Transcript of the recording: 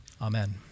Amen